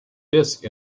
disc